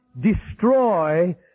destroy